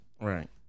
Right